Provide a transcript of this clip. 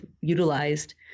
utilized